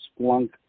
Splunk